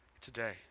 today